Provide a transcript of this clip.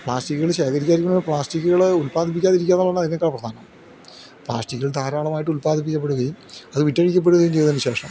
പ്ലാസ്റ്റിക്കുകൾ ശേഖരിക്കാതെ ഇരിക്കുക പ്ലാസ്റ്റിക്കുകൾ ഉൽപാദിപ്പിക്കാതെ ഇരിക്കുകാന്നുള്ളതാണ് അതിനേക്കാൾ പ്രധാനം പ്ലാസ്റ്റിക്കുകൾ ധാരാളമായിട്ട് ഉൽപാദിക്കപ്പെടുകയും അത് വിറ്റഴിക്കപ്പെടുകയും ചെയ്തിന് ശേഷം